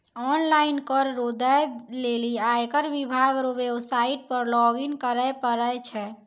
online कर रो दै लेली आयकर विभाग रो वेवसाईट पर लॉगइन करै परै छै